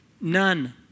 None